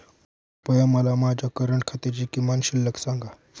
कृपया मला माझ्या करंट खात्याची किमान शिल्लक सांगा